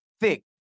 thick